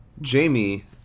Jamie